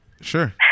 Sure